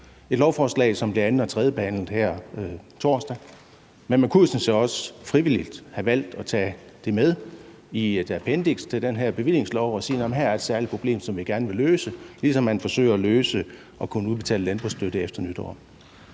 et lovforslag, som bliver anden- og tredjebehandlet her på torsdag. Men man kunne jo sådan set også frivilligt have valgt at tage det med i et appendiks til den her bevillingslov og sige, at her er der et særligt problem, som vi gerne vil løse, ligesom man forsøger at løse, at man kan udbetale landbrugsstøtte efter nytår.